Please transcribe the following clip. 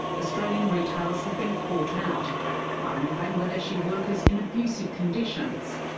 australian retailers have been caught out hiring bangladeshi workers in abusive conditions.